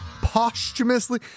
Posthumously